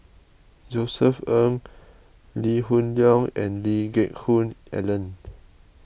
Josef Ng Lee Hoon Leong and Lee Geck Hoon Ellen